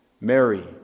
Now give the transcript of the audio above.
Mary